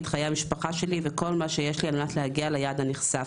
את חיי המשפחה שלי וכל מה שיש לי על מנת להגיע ליעד הנכסף.